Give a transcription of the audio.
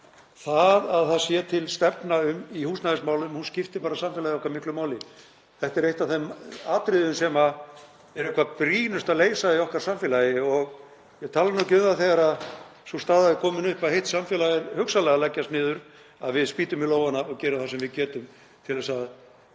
því að það að til sé stefna í húsnæðismálum skiptir samfélagið okkar miklu máli. Þetta er eitt af þeim atriðum sem er hvað brýnast að leysa í samfélagi okkar, ég tala nú ekki um það þegar sú staða er komin upp að heilt samfélag er hugsanlega að leggjast niður, að við spýtum í lófana og gerum það sem við getum til þess að